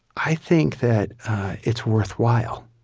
i think that it's worthwhile.